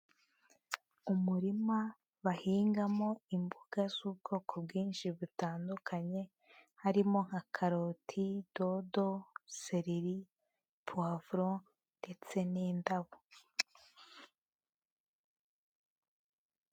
Umurima bahingamo imboga z'ubwoko bwinshi butandukanye harimo nka karoti, dodo, sereri, puwavuro ndetse n'indabo.